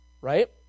right